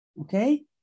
Okay